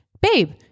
babe